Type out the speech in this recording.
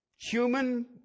human